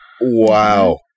Wow